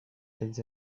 elles